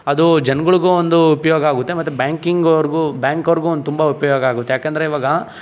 ಅದು ಜನ್ಗಳಿಗೂ ಒಂದು ಉಪಯೋಗ ಆಗುತ್ತೆ ಮತ್ತು ಬ್ಯಾಂಕಿಂಗ್ ಅವ್ರಿಗೂ ಬ್ಯಾಂಕ್ ಅವ್ರಿಗೂ ಒಂದು ತುಂಬ ಉಪಯೋಗ ಆಗುತ್ತೆ ಯಾಕಂದರೆ ಇವಾಗ